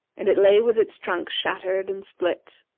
and it lay with its trunk shattered and split.